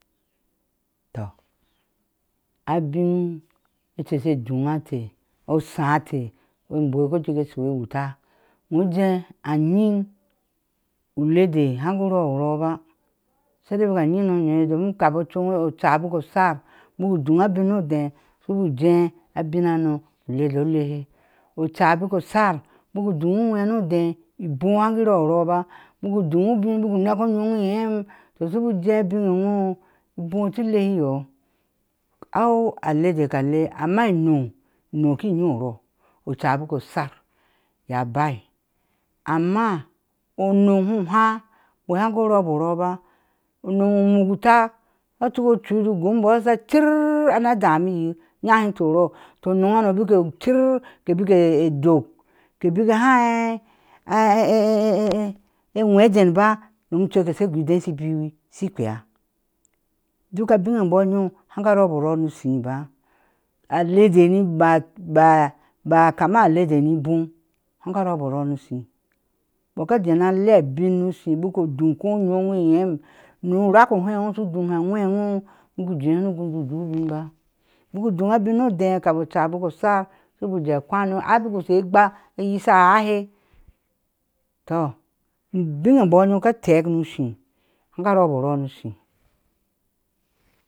Toh abine inteh she dunya eteh oshai eteh ebɔɔshi ke jik a sho ewuta wuje anyiiŋ ulede haku rɔɔ orɔɔ ba sadia bik ayi nɔɔnyo eye domin kafi ocu onwɔɔ oca bik o shar bik u duj abin nɔ dɛɛ shu bau je abin hana ulede ulehe oca bik oshar bik u duɔ uwej nɔɔ odee ibo hwaki rɔɔ orɔɔ ba, bik u dojubin bik u here onyo enoɔɔ iyem tɔ su buje usin ewɔɔ iba ti leɔ aw alede amma ino ino ki nyi orɔɔ oca bik oshar iye abaá, amma onoŋ hu háá o haku rɔɔ orɔɔ ba onoŋ o mugunta ka tuk ocu u goo ibu sha cir ana damihiyir ayahin inde orɔɔ, tɔ onoŋ hano bik o cir ke bik a dok ke bik haa ah e ewejen ba unom shucek ce she goo idee shi buwee shi kpeya duk abin a iyo yom hako rɔɔbɔɔ orɔɔ no shiiba alede ni iba aba, alede ni ibo haka rɔɔbɔɔ orɔɔ ni shii ibɔɔ kɔ je na lea abin nu shibik u dug enyo ewo iyam no rak a hɛɛ wɔɔ shu duŋ onye ewɔɔ iyam no rak a hɛɛ wɔɔ shu duŋbe aŋwe ewɔɔbik uje shinɔɔ gunu jee ubin be bik u duŋ abinnɔɔ odee kan oca bik o shar shuba je a kwanu a bik a shee agga ayshe aihe, tɔ ubin a embɔɔ ka taak shii haka rɔɔbo orɔɔnɔɔ shi